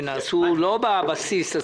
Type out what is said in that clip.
שנעשו לא בבסיס עצמו.